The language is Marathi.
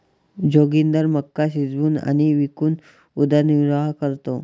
जोगिंदर मका शिजवून आणि विकून उदरनिर्वाह करतो